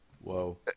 Whoa